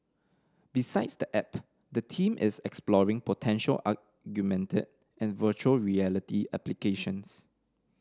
besides the app the team is exploring potential augmented and virtual reality applications